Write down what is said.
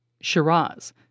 Shiraz